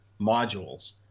modules